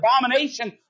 abomination